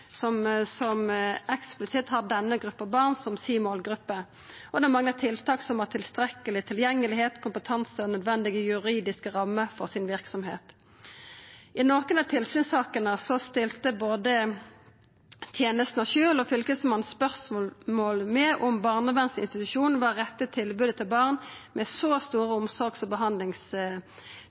som eksplisitt har denne gruppen barn som sin målgruppe. Det mangler tiltak som har tilstrekkelig tilgjengelighet, kompetanse og nødvendige juridiske rammer for sin virksomhet.» I nokre av tilsynssakene stilte både tenestene sjølve og Fylkesmannen spørsmål ved om ein barnevernsinstitusjon var det rette tilbodet til barn med så store omsorgs- og